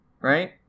right